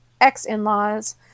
ex-in-laws